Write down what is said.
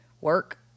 Work